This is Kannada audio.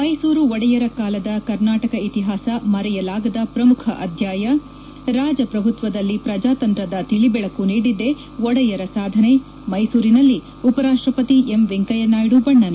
ಮೈಸೂರು ಒಡೆಯರ ಕಾಲದ ಕರ್ನಾಟಕ ಇತಿಹಾಸ ಮರೆಯಲಾಗದ ಪ್ರಮುಖ ಅಧ್ಯಾಯ ರಾಜ ಪ್ರಭುತ್ವದಲ್ಲಿ ಪ್ರಜಾತಂತ್ರದ ತಿಳಿದೆಳಕು ನೀಡಿದ್ದೇ ಒಡೆಯರ ಸಾಧನೆ ಮೈಸೂರಿನಲ್ಲಿ ಉಪರಾಷ್ಷಪತಿ ವೆಂಕಯ್ಯನಾಯ್ಡು ಬಣ್ಣನೆ